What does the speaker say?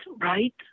right